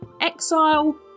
Exile